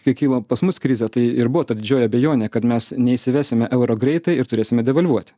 kai kyla pas mus krizė tai ir buvo ta didžioji abejonė kad mes neįsivesime euro greitai ir turėsime devalvuot